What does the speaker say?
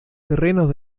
terrenos